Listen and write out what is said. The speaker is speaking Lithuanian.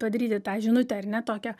padaryti tą žinutę ar ne tokią